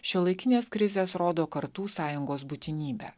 šiuolaikinės krizės rodo kartų sąjungos būtinybę